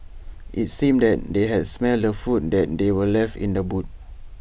IT seemed that they had smelt the food that were left in the boot